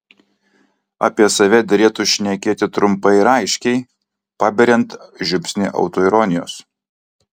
apie save derėtų šnekėti trumpai ir aiškiai paberiant žiupsnį autoironijos